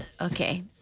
Okay